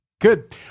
Good